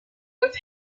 with